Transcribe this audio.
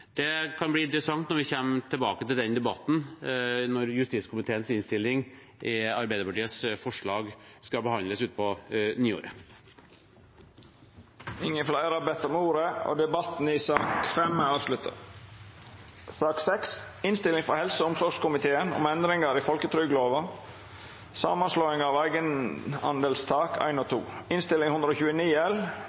Det kan bli interessant når vi kommer tilbake til den debatten når justiskomiteens innstilling til Arbeiderpartiets forslag skal behandles utpå nyåret. Fleire har ikkje bedt om ordet til sak nr. 5. Etter ønske frå helse- og omsorgskomiteen vil presidenten ordna debatten slik: 3 minutt til kvar partigruppe og